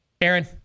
Aaron